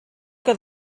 que